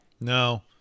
No